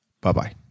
bye-bye